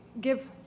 give